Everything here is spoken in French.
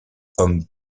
homme